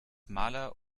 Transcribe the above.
maler